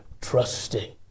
trusting